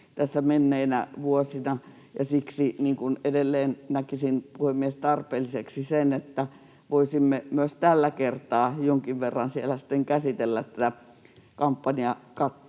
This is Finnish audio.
menneinä vuosina, ja siksi edelleen näkisin, puhemies, tarpeelliseksi sen, että voisimme myös tällä kertaa jonkin verran siellä sitten käsitellä tätä kampanjakattoasiaa,